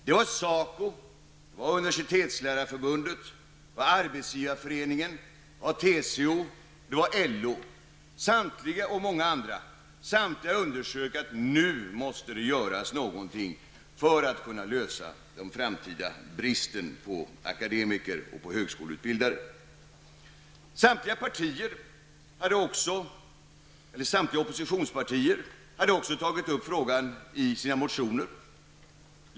Det var SACO, Arbetsgivareföreningen, TCO och LO. Samtliga dessa och många andra underströk att det nu måste göras något för att man skall kunna lösa problemet med den framtida bristen på akademiker och högskoleutbildade. Samtliga oppositionspartier hade också tagit upp frågan i sina motioner.